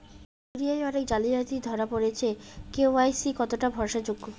দুনিয়ায় অনেক জালিয়াতি ধরা পরেছে কে.ওয়াই.সি কতোটা ভরসা যোগ্য?